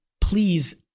Please